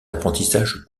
apprentissage